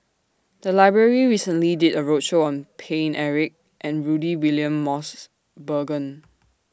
The Library recently did A roadshow on Paine Eric and Rudy William Mosbergen